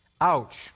ouch